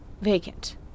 Vacant